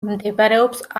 მდებარეობს